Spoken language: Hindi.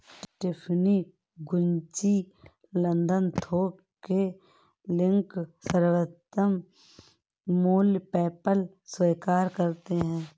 टिफ़नी, गुच्ची, लंदन थोक के लिंक, सर्वोत्तम मूल्य, पेपैल स्वीकार करते है